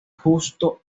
justo